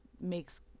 makes